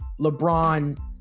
LeBron